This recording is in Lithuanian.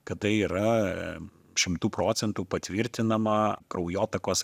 kad tai yra šimtu procentų patvirtinama kraujotakos